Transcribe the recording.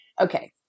Okay